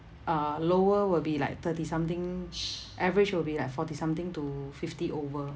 uh lower will be like thirty something average will be like forty something to fifty over